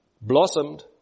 blossomed